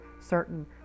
certain